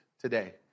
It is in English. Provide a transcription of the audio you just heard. today